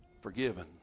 forgiven